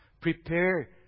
Prepare